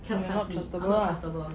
you are not trustable lah